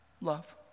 love